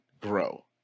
grow